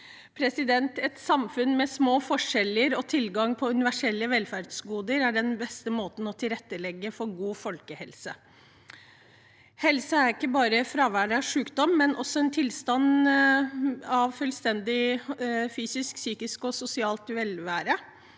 meldingen. Et samfunn med små forskjeller og tilgang på universelle velferdsgoder er den beste måten å tilrettelegge for god folkehelse på. Helse er ikke bare fravær av sjukdom, men også en tilstand av fullstendig fysisk, psykisk og sosialt velvære.